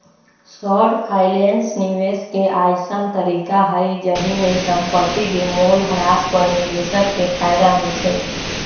short finance निवेश के अइसँन तरीका हइ जाहिमे संपत्ति के मोल ह्रास पर निवेशक के फयदा होइ छइ